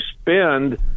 spend